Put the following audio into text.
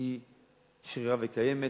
שרירה וקיימת,